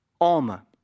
Alma